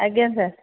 ଆଜ୍ଞା ସାର୍